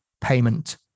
payment